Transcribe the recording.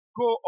go